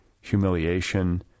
humiliation